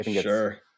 Sure